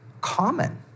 common